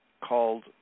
called